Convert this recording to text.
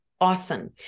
awesome